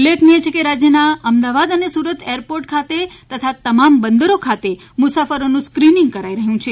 ઉલ્લેખનીય છે કે રાજયના અમદાવાદ અને સુરત એરપોર્ટ ખાતે તથા તમામ બંદરો ખાતે મુસાફરોનુ સ્કીનીંગ કરાઇ રહ્યુ છે